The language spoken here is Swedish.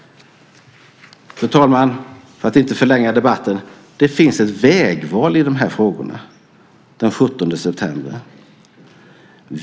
Fru talman! Jag ska inte förlänga debatten. Det finns ett vägval i de här frågorna den 17 september.